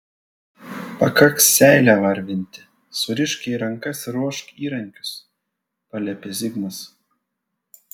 pakaks seilę varvinti surišk jai rankas ir ruošk įrankius paliepė zigmas